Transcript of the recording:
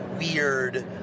weird